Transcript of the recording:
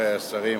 רבותי השרים,